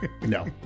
no